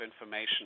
Information